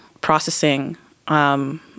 processing